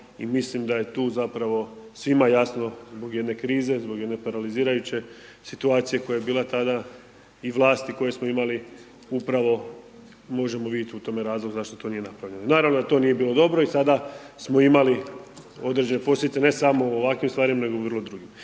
i mislim da je tu zapravo svima jasno, zbog jedne krize, zbog jedne paralizirajuće situacije koja je bila tada, i vlasti koje smo imali, upravo možemo vidjeti u tome razlog zašto to nije napravljeno. Naravno da to nije bilo dobro i sada smo imali određene posljedice, se samo u ovakvim stvarima nego i mnogim drugim.